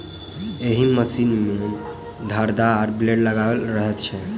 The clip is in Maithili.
एहि मशीन मे धारदार ब्लेड लगाओल रहैत छै